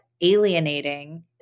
alienating